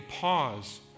pause